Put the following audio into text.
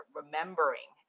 remembering